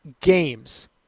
games